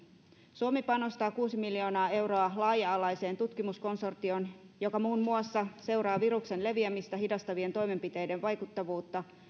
suomi panostaa kuusi miljoonaa euroa laaja alaiseen tutkimuskonsortioon joka muun muassa seuraa viruksen leviämistä hidastavien toimenpiteiden vaikuttavuutta